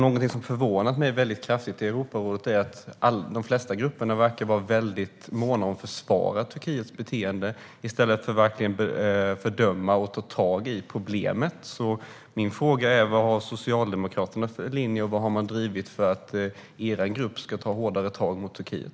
Någonting som har förvånat mig mycket i Europarådet är att de flesta grupperna verkar vara väldigt måna om att försvara Turkiets beteende i stället för att fördöma och ta tag i problemet. Min fråga är: Vilken linje har Socialdemokraterna, och hur har ni drivit på för att er grupp ska ta hårdare tag mot Turkiet?